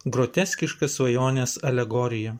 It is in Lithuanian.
groteskiška svajonės alegorija